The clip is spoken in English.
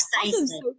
Precisely